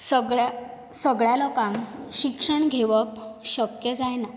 सगळ्या सगळ्या लोकांक शिक्षण घेवप शक्य जायना